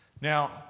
Now